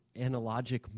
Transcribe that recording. analogic